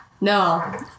No